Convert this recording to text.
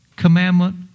commandment